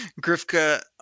Grifka